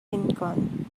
lincoln